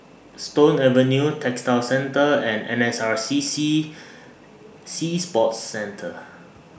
Stone Avenue Textile Centre and N S R C C Sea Sports Centre